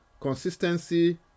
consistency